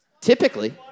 Typically